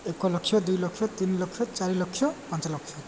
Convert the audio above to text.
ଏକ ଲକ୍ଷ ଦୁଇ ଲକ୍ଷ ତିନି ଲକ୍ଷ ଚାରି ଲକ୍ଷ ପାଞ୍ଚ ଲକ୍ଷ